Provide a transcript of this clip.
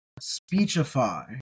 Speechify